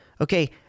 okay